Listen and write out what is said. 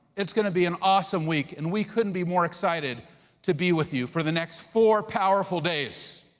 it's gonna be an awesome week and we couldn't be more excited to be with you for the next four powerful days.